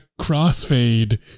crossfade